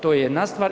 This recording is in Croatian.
To je jedna stvar.